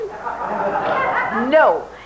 No